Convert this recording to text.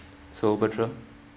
so bertram